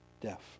deaf